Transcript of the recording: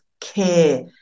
care